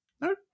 No